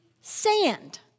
sand